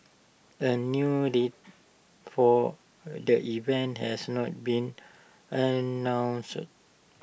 A new date for the event has not been announced